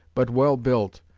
but well built,